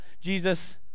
jesus